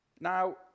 Now